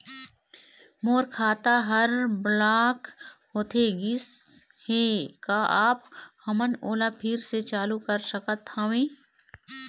मोर खाता हर ब्लॉक होथे गिस हे, का आप हमन ओला फिर से चालू कर सकत हावे?